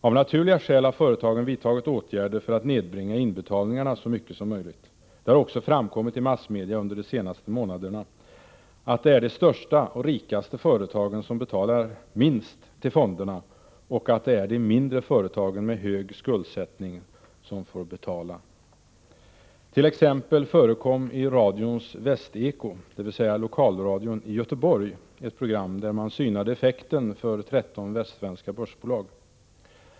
Av naturliga skäl har företagen vidtagit åtgärder för att nedbringa inbetalningarna så mycket som möjligt. Det har också framkommit i massmedia under de senaste månaderna, att det är de största och rikaste företagen som betalar minst till fonderna och att det är de mindre företagen med hög skuldsättning som får betala. T. ex. förekom i radions ”Västeko”, dvs. lokalradion i Göteborg, ett program där man synade effekten för 13 västsvenska börsbolag.